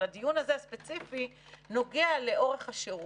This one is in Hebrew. אבל הדיון הזה הספציפי נוגע לאורך השירות.